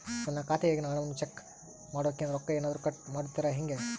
ನನ್ನ ಖಾತೆಯಾಗಿನ ಹಣವನ್ನು ಚೆಕ್ ಮಾಡೋಕೆ ರೊಕ್ಕ ಏನಾದರೂ ಕಟ್ ಮಾಡುತ್ತೇರಾ ಹೆಂಗೆ?